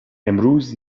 امروز